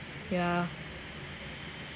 yeah